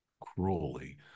cruelly